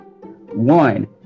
One